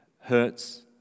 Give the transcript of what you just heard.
hurts